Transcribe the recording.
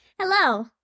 Hello